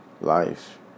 life